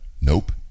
Nope